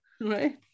Right